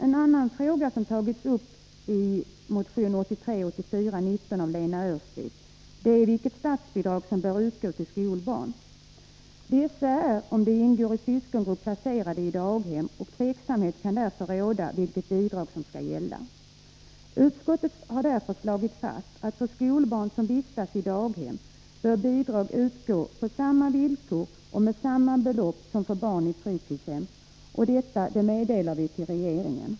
En annan fråga som tagits upp i motion 1983/84:19 av Lena Öhrsvik m.fl. är vilket statsbidrag som bör utgå till skolbarn. Dessa är om de ingår i syskongrupp placerade i daghem, och tveksamhet kan därför råda om vilket bidrag som skall gälla. Utskottet slår därför fast att för skolbarn som vistas i daghem bör bidrag utgå på samma villkor och med samma belopp som för barn i fritidshem, och detta meddelar vi regeringen.